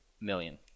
million